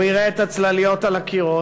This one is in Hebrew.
הוא יראה את הצלליות על הקיר,